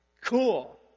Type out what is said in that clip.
Cool